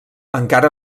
encara